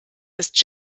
ist